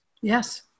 Yes